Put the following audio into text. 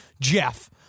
Jeff